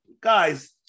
Guys